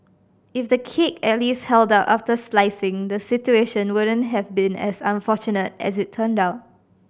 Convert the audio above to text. if the cake at least held up after slicing the situation wouldn't have been as unfortunate as it turned out